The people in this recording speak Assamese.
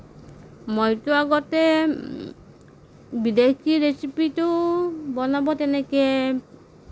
মইতো আগতে বিদেশী ৰেচিপিটো বনাব তেনেকৈ